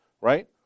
Right